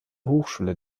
hochschule